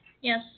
yes